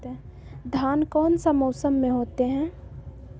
धान कौन सा मौसम में होते है?